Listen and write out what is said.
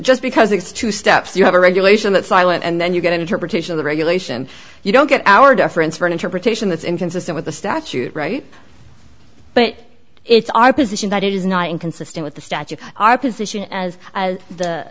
just because it's two steps you have a regulation that silent and then you get an interpretation of the regulation you don't get our deference for an interpretation that's inconsistent with the statute right but it's our position that it is not inconsistent with the stature of our position as